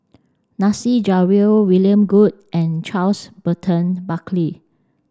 Nasir Jalil William Goode and Charles Burton Buckley